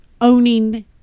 owning